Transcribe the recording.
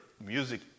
music